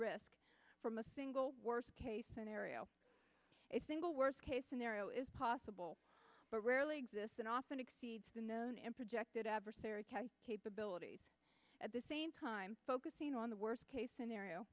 risk from a single worst case scenario it single worst case scenario is possible but rarely exists and often exceeds the known and projected adversary capabilities at the same time focusing on the worst case scenario